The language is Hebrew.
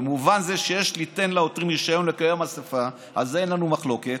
במובן זה שיש ליתן לעותרים רישיון לקיום האספה" על זה אין לנו מחלוקת,